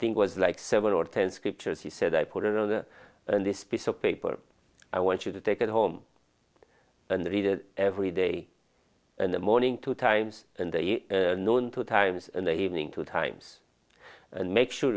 think was like seven or ten scriptures he said i put it on the in this piece of paper i want you to take it home and read it every day in the morning two times and the known two times in the evening two times and make sure